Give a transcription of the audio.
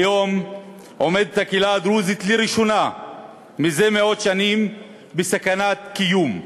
כיום עומדת הקהילה הדרוזית לראשונה מזה מאות שנים בסכנת קיום.